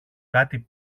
κάτι